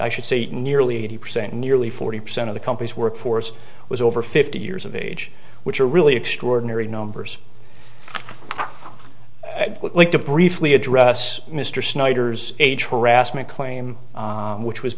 i should say nearly eighty percent nearly forty percent of the company's workforce was over fifty years of age which are really extraordinary numbers to briefly address mr snyder's age harassment claim which was